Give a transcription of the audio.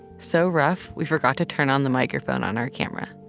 so rough, we forgot to turn on the microphone on our camera.